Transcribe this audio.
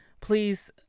Please